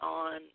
on